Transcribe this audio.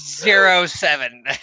Zero-seven